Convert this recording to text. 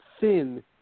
thin